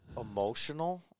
emotional